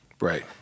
Right